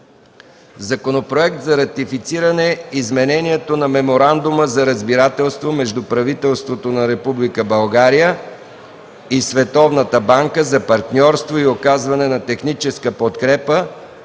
Законопроект за ратифициране изменението на Меморандума за разбирателство между правителството на Република България и Световната банка за партньорство и оказване на техническа подкрепа